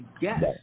guess